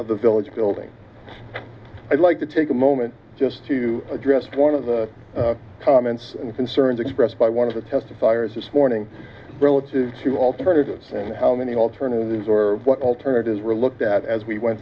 now the village building i'd like to take a moment just to address one of the comments and concerns expressed by one of the testifiers this morning relative to alternatives and how many alternatives or what alternatives were looked at as we went